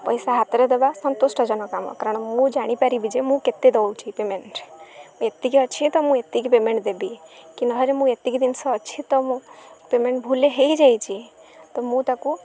ପଇସା ହାତରେ ଦେବା ସନ୍ତୁଷ୍ଟ ଜନକ କାମ କାରଣ ମୁଁ ଜାଣିପାରିବି ଯେ ମୁଁ କେତେ ଦେଉଛି ପେମେଣ୍ଟ ମୁଁ ଏତିକି ଅଛି ତ ମୁଁ ଏତିକି ପେମେଣ୍ଟ ଦେବି କି ନହେଲେ ମୁଁ ଏତିକି ଜିନିଷ ଅଛି ତ ମୁଁ ପେମେଣ୍ଟ ଭୁଲ୍ରେ ହୋଇଯାଇଛି ତ ମୁଁ ତାକୁ